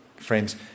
Friends